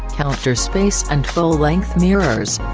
counter space and full-length mirrors.